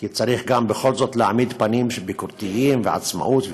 כי בכל זאת צריך להעמיד פנים של ביקורתיות ושל עצמאות,